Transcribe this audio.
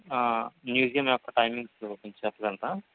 ఆ మ్యూజియం యొక్క టైమింగ్స్ కొంచెం చెప్పగలరా